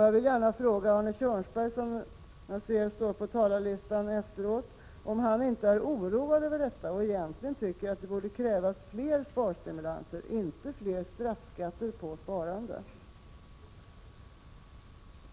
Jag vill gärna fråga Arne Kjörnsberg, som står på talarlistan, om han inte är oroad över detta och egentligen tycker att det borde krävas fler sparstimulanser, inte fler straffskatter på sparandet.